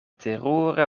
terure